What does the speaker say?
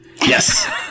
Yes